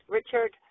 Richard